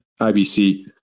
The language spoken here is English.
IBC